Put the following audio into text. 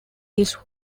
his